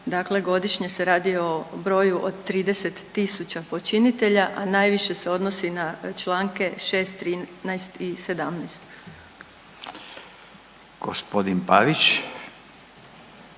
dakle godišnje se radi o broju od 30 tisuća počinitelja, a najviše se odnosi na Članke 6., 13. i 17. **Radin, Furio